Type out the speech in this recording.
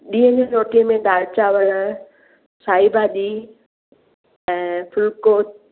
ॾींहं जो रोटीअ में दालि चांवर साई भाॼी ऐं फुल्को